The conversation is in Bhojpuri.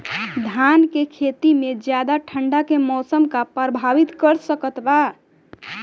धान के खेती में ज्यादा ठंडा के मौसम का प्रभावित कर सकता बा?